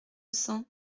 cents